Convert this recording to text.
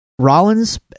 Rollins